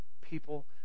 people